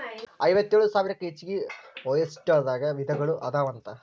ಐವತ್ತೇಳು ಸಾವಿರಕ್ಕೂ ಹೆಚಗಿ ಒಯಸ್ಟರ್ ದಾಗ ವಿಧಗಳು ಅದಾವಂತ